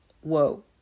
whoa